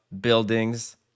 buildings